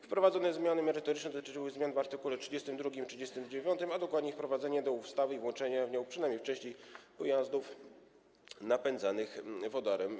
Wprowadzone zmiany merytoryczne dotyczyły zmian w art. 32 i 39, a dokładniej - wprowadzenia do ustawy i włączenia w nią, przynajmniej w części, pojazdów napędzanych wodorem.